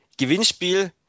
Gewinnspiel